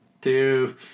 Two